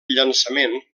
llançament